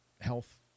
health